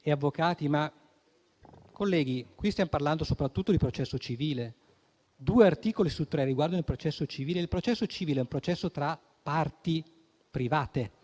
e avvocati. Ma, colleghi, qui stiamo parlando soprattutto di processo civile: due articoli su tre riguardano il processo civile, che è un processo tra parti private,